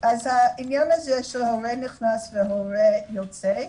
העניין הזה של הורה נכנס/הורה יוצא,